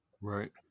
Right